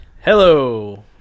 hello